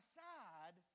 side